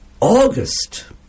August